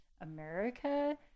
America